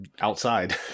outside